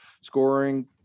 scoring